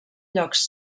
llocs